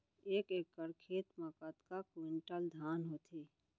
एक एकड़ खेत मा कतका क्विंटल धान होथे?